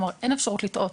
אין אפשרות לטעות,